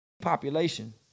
population